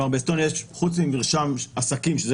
חוץ ממרשם עסקים שקיים באסטוניה,